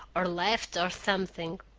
or left, or something.